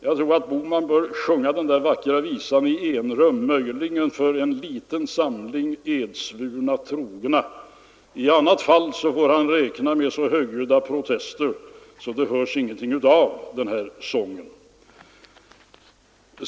Jag tror att herr Bohman bör sjunga den vackra visan i enrum eller möjligen för en liten samling edsvurna trogna. I annat fall får han räkna med så högljudda protester att ingenting hörs av sången.